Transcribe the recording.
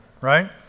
right